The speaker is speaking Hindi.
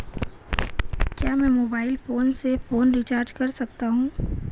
क्या मैं मोबाइल फोन से फोन रिचार्ज कर सकता हूं?